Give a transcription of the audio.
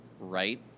right